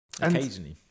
Occasionally